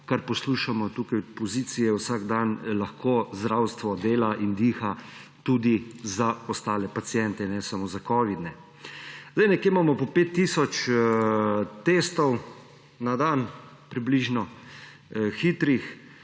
kar poslušamo tukaj od opozicije vsak dan – zdravstvo dela in diha tudi za ostale paciente, ne samo za covidne. Nekje imamo po 5 tisoč testov na dan, približno, hitrih,